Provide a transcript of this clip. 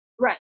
Right